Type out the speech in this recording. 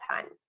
time